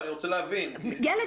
גיל?